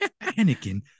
Anakin